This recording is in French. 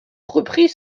repris